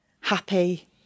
happy